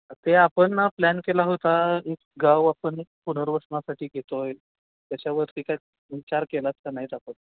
ते आपण प्लॅन केला होता एक गाव आपण एक पुनर्वसनासाठी घेतो आहे त्याच्यावरती काय विचार केलाच का नाहीत आपण